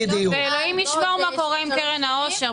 --- ואלוהים ישמור מה קורה עם קרן העושר.